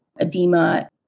edema